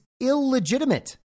illegitimate